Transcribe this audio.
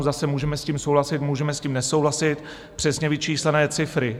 Zase můžeme s tím souhlasit, můžeme s tím nesouhlasit, přesně vyčíslené cifry.